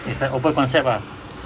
it's like open concept ah